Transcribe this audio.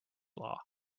law